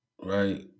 Right